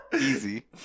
Easy